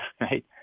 right